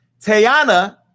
Tayana